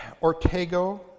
ortego